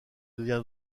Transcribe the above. devient